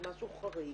במשהו חריג,